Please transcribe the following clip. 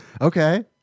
Okay